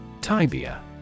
Tibia